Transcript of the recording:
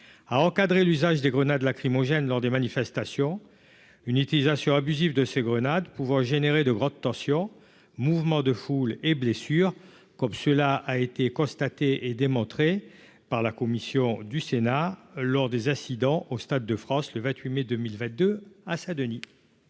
à encadrer l'usage de grenades lacrymogènes lors des manifestations, une utilisation abusive de ces grenades pouvant générer de grandes tensions, mouvement de foule et blessures comme cela a été constatée et démontrée par la commission du Sénat lors des incidents au Stade de France le 28 mai 2022 à Saint-Denis.